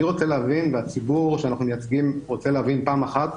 אני רוצה להבין והציבור שאנחנו מייצגים רוצה להבין פעם אחת,